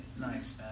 Nice